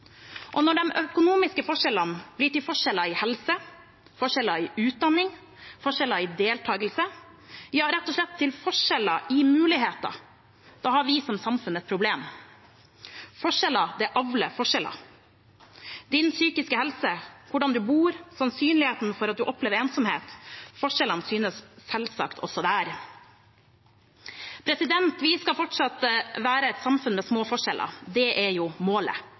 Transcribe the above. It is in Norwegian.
Og når de økonomiske forskjellene blir til forskjeller i helse, forskjeller i utdanning, forskjeller i deltakelse, rett og slett forskjeller i muligheter, da har vi som samfunn et problem. Forskjeller avler forskjeller. Ens psykiske helse, hvordan man bor, sannsynligheten for at man opplever ensomhet – forskjellene synes selvsagt også der. Vi skal fortsatt være et samfunn med små forskjeller. Det er målet.